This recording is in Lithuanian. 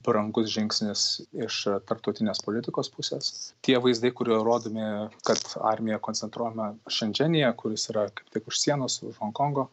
brangus žingsnis iš tarptautinės politikos pusės tie vaizdai kurie rodomi kad armija koncentruojama šendženyje kuris yra kaip tik už sienos už honkongo